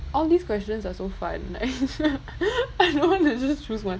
all these questions are so fun I don't want to just choose one